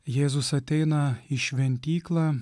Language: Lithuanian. jėzus ateina į šventyklą